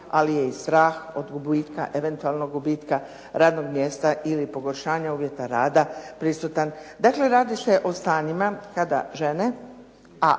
ali je i strah od gubitka, eventualnog gubitka radnog mjesta ili pogoršanja uvjeta rada prisutan. Dakle, radi se o stanjima kada žene, a